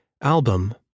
album